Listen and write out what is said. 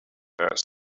asked